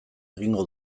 egingo